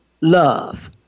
love